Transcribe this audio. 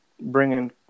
bringing